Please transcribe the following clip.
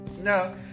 No